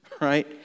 right